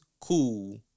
Cool